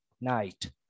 night